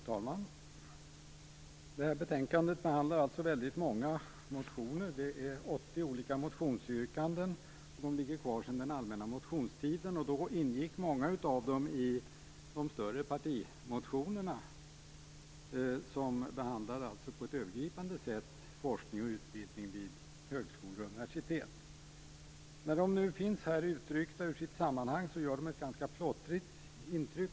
Fru talman! Det här betänkandet behandlar väldigt många motioner. Det är 80 olika motionsyrkanden som ligger kvar sedan den allmänna motionstiden. Många av dem ingick i de större partimotioner som på ett övergripande sätt behandlade forskning och utbildning vid högskolor och universitet. När de nu finns här utryckta ur sitt sammanhang gör de ett ganska plottrigt intryck.